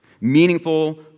meaningful